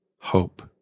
hope